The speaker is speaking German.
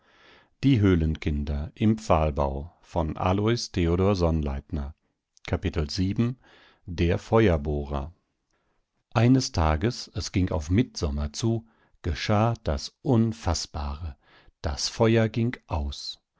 die löffel der feuerbohrer eines tages es ging auf mittsommer zu geschah das unfaßbare das feuer ging aus